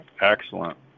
Excellent